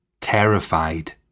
terrified